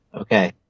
Okay